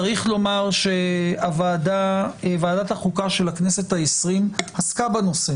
צריך לומר שוועדת החוקה של הכנסת ה-20 עסקה בנושא